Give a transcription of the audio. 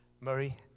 Murray